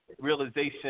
realization